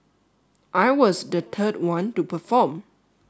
I was the third one to perform